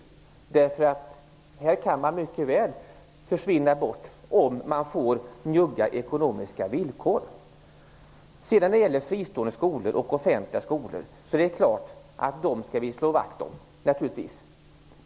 Riksinternaten kan mycket väl försvinna om de får njugga ekonomiska villkor. När det gäller fristående och offentliga skolor är det klart att vi naturligtvis skall slå vakt om dem.